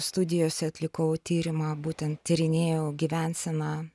studijose atlikau tyrimą būtent tyrinėjau gyvenseną